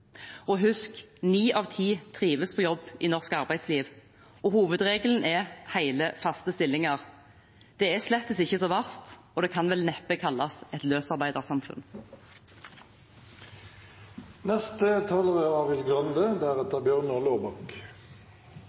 Og husk: Ni av ti trives på jobb i norsk arbeidsliv, og hovedregelen er hele, faste stillinger. Det er slettes ikke så verst, og det kan vel neppe kalles et løsarbeidersamfunn. Det er